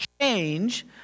change